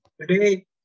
Today